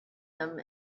them